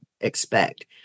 expect